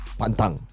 pantang